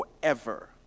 forever